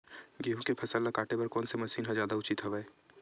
गेहूं के फसल ल काटे बर कोन से मशीन ह जादा उचित हवय?